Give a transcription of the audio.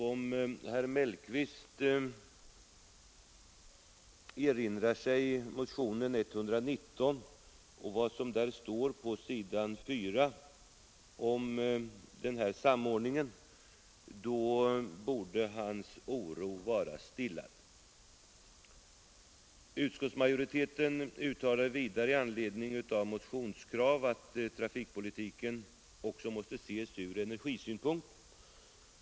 Om herr Mellqvist erinrar sig motionen 119 och vad som står på s. 4 i den om en sådan här samordning, borde hans oro vara stillad. Utskottsmajoriteten uttalar vidare i anledning av motionskrav att trafikpolitiken också måste ses ur energisynpunkt.